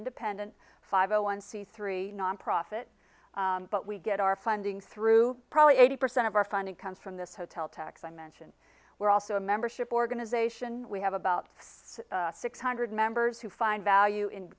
independent five hundred one c three nonprofit but we get our funding through probably eighty percent of our funding comes from this hotel tax i mention we're also a membership organization we have about six hundred members who find value in